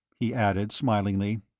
he added, smilingly.